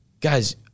guys